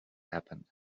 happened